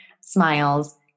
smiles